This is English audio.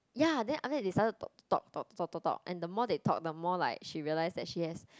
ya then after that they start talk talk talk talk talk and the more they talk the more like she realise that she has